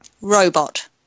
Robot